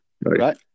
Right